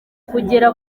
kugera